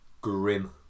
Grim